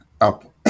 up